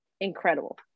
incredible